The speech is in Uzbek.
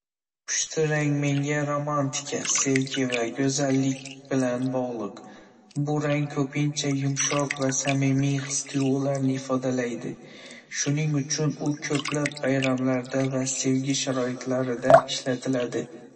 Pushti rang menga romantika, sevgi va go'zallik bilan bog'liq. Bu rang ko'pincha yumshoq va samimiy his-tuyg'ularni ifodalaydi, shuning uchun u ko'plab bayramlarda va sevgi sharoitlarida ishlatiladi.